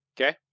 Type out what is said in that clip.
Okay